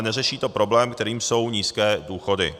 Neřeší to ale problém, kterým jsou nízké důchody.